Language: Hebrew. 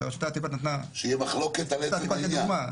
שרשות העתיקות נתנה --- שיהיה מחלוקת על עצם העניין.